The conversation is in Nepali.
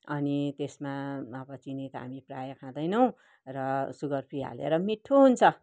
अनि त्यसमा अब चिनी त हामी प्रायः खाँदैनौँ र सुगर फ्री हालेर मिठो हुन्छ